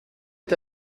est